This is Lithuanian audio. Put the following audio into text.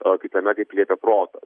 o kitame kaip liepia protas